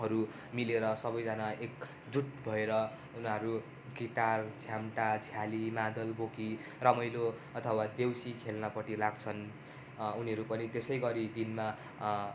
हरू मिलेर सबैजना एकजुट भएर उनीहरू गिटार झ्याम्टा झ्याली मादल बोकी रमाइलो अथवा देउसी खेल्नपट्टि लाग्छन् उनीहरू पनि त्यसै गरी दिनमा